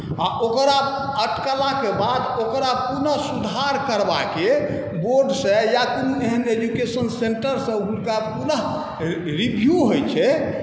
आ ओकरा अटकलाके बाद ओकरा पुनः सुधार करबाके बोर्डसँ या कोनो एहन एजुकेशन सेन्टरसँ ओकरा पुनः रिभ्यू होइत छै